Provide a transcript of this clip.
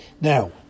Now